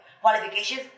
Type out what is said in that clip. qualifications